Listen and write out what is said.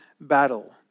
battle